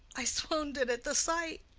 i swounded at the sight.